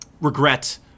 regret